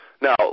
Now